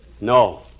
No